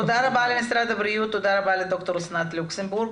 תודה רבה, ד"ר אסנת לוקסנבורג.